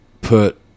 put